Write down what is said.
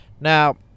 now